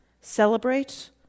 Celebrate